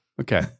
okay